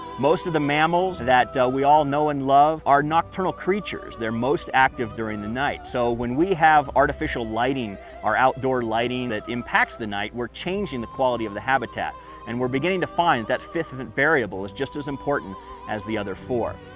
most of the mammals that we all know and love are nocturnal creatures. they're most active during night. so when we have artificial lighting or outdoor lighting that impacts the night, we're changing the quality of the habitat and we're beginning to find that fifth event variable is just as important as the other four.